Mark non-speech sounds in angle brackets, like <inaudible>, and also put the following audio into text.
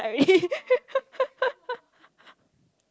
like already <laughs>